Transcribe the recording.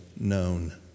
known